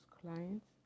clients